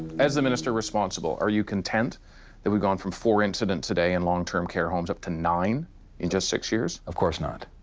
as the minister responsible, are you content that we've gone from four incidents a day in long-term care homes up to nine in just six years? of course not.